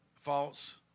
False